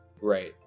right